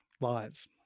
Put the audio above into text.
lives